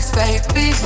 baby